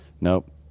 Nope